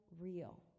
real